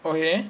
okay